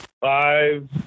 Five